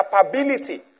capability